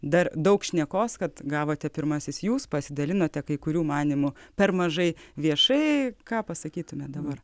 dar daug šnekos kad gavote pirmasis jūs pasidalinote kai kurių manymu per mažai viešai ką pasakytumėt dabar